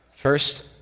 First